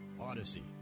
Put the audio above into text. odyssey